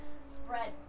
spread